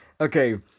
Okay